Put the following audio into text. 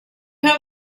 have